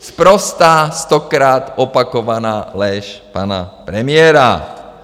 Sprostá stokrát opakovaná lež pana premiéra.